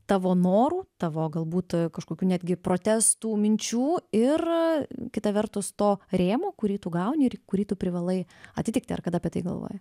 tavo norų tavo galbūt kažkokių netgi protestų minčių ir kita vertus to rėmo kurį tu gauni ir į kurį tu privalai atitikti ar kada apie tai galvoji